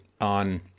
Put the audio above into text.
on